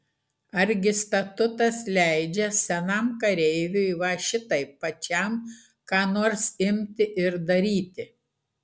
argi statutas leidžia senam kareiviui va šitaip pačiam ką nors imti ir daryti